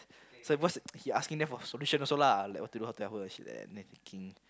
so what's he asking them for solution also lah like what to do how to help her shit like that then